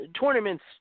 tournaments